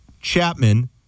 Chapman